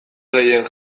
gehien